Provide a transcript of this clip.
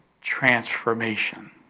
transformation